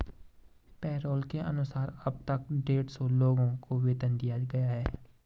payroll के अनुसार अब तक डेढ़ सौ लोगों को वेतन दिया गया है